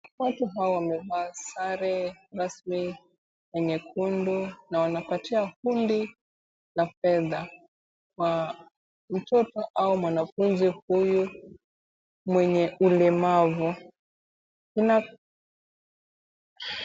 Watu hawa wamevaa sare rasmi nyekundu na wanapatia kundi la fedha kwa mtoto au mwanafunzi huyu mwenye ulemavu.